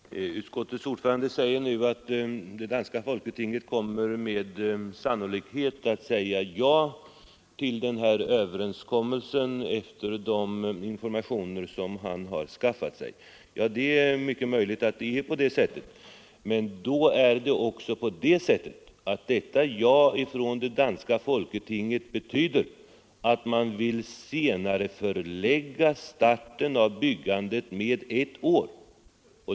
Herr talman! Utskottets ordförande säger att det danska folketinget med sannolikhet kommer att säga ja till överenskommelsen, efter de informationer som han har skaffat sig. Det är mycket möjligt att det förhåller sig så, men då betyder också detta ja från det danska folketinget att man vill senarelägga starten av byggandet ett år.